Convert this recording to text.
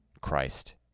Christ